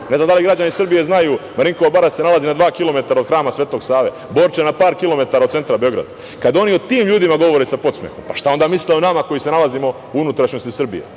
ne znam da li građani Srbije znaju, Marinkova bara se nalazi na dva kilometara od hrama Svetog Save, Borča je na par kilometara od centra Beograda, kada oni o tim ljudima govore sa podsmehom? Šta onda misle o nama koji se nalazimo u unutrašnjosti Srbije? Naravno